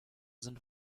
sind